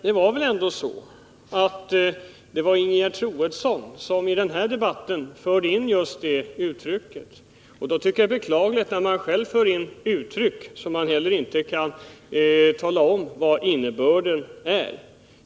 Det var väl ändå Ingegerd Troedsson som förde in just det uttrycket i den här debatten? Jag tycker att det är beklagligt att hon själv för in uttryck som hon inte kan ange innebörden av.